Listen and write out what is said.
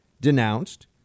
denounced